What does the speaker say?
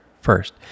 first